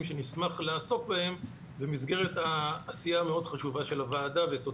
שאני אשמח לעסוק בהם במסגרת העשייה המאוד חשובה של הוועדה ותודה.